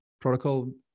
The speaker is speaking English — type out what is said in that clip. protocol